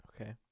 okay